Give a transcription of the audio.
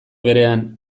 berean